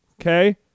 okay